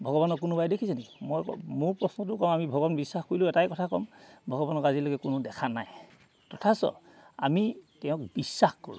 ভগৱানক কোনোবাই দেখিছে নেকি মই মোৰ প্ৰশ্নটো কওঁ আমি ভগৱান বিশ্বাস কৰিলোঁ এটাই কথা ক'ম ভগৱানক আজিলৈকে কোনো দেখা নাই তথাছ আমি তেওঁক বিশ্বাস কৰোঁ